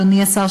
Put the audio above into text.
אדוני השר,